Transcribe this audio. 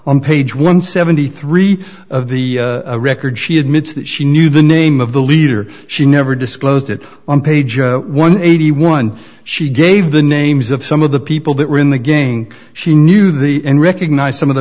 on page one seventy three of the record she admits that she knew the name of the leader she never disclosed it on page one hundred eighty one she gave the names of some of the people that were in the gang she knew the end recognized some of the